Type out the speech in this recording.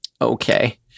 Okay